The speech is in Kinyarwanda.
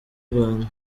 rwanda